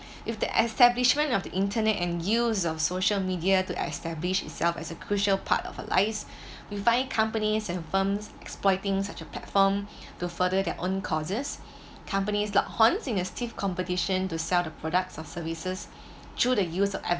if the establishment of the internet and use of social media to establish itself as a crucial part of allies we find companies and firms exploiting such a platform to further their own causes companies lock horns in a stiff competition to sell the products or services through the use of